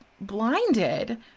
blinded